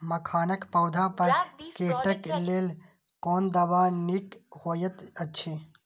मखानक पौधा पर कीटक लेल कोन दवा निक होयत अछि?